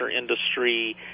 industry